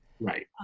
Right